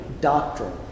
doctrine